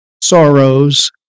sorrows